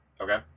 Okay